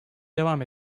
devam